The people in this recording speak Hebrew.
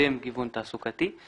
מקדם גיוון תעסוקתי.